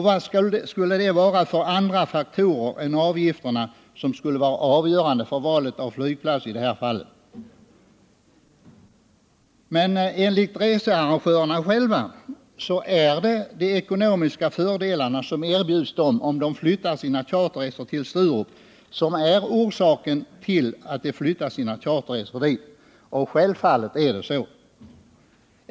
Vilka andra faktorer än avgifterna skulle vara avgörande för valet av flygplats i det här fallet? Enligt researrangörerna själva är det de ekonomiska fördelarna som erbjuds dem om de flyttar sina charterresor till Sturup som är orsaken till att de flyttat sina charterresor dit. Och självfallet är det så.